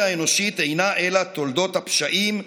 האנושית אינה אלא תולדות הפשעים,